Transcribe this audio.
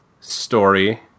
story